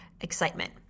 excitement